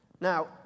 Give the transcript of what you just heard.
Now